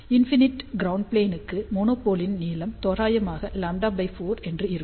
infinite ground plane க்கு மோனோபோலின் நீளம் தோராயமாக λ4 என்று இருக்கும்